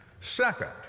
Second